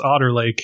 Otterlake